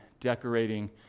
decorating